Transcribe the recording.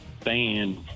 Fan